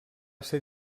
ser